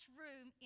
room